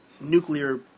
nuclear